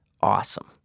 awesome